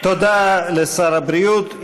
תודה לשר הבריאות.